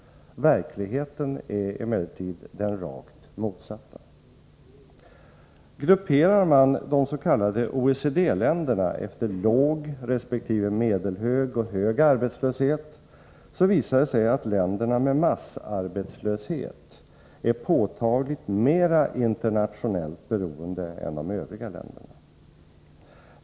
Verkligheten är emellertid den rakt motsatta. Grupperar man de s.k. OECD-länderna efter låg resp. medelhög och hög arbetslöshet, visar det sig att länderna med massarbetslöshet är påtagligt mera internationellt beroende än de övriga länderna.